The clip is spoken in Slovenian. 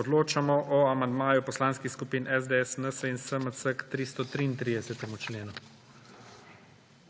Odločamo o amandmaju poslanskih skupin SDS, NSi in SMC k 5. členu.